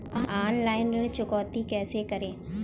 Online ऋण चुकौती कैसे करें?